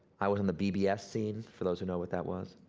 i was in the bbs scene, for those who know what that was,